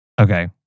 Okay